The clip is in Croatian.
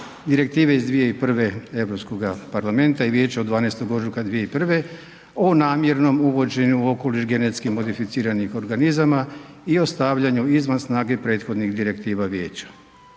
Direktive iz 2001. Europskoga parlamenta i vijeća od 12. ožujka 2001. o namjernom uvođenju u okoliš genetskih modificiranih organizama i o stavljanju izvan snage prethodnih Direktiva vijeća